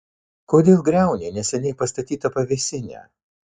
kodėl griauni neseniai pastatytą pavėsinę